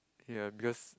ya because